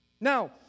Now